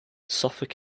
suffolk